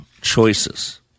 choices